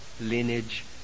lineage